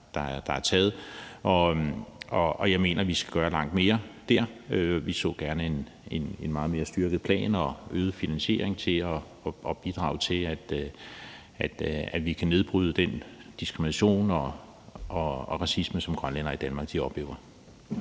der er taget, og jeg mener, vi skal gøre langt mere der. Vi så gerne en meget mere styrket plan og øget finansiering til at bidrage til, at vi kan nedbryde den diskrimination og racisme, som grønlændere i Danmark oplever.